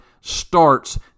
starts